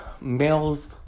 males